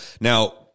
Now